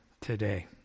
today